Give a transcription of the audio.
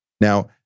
Now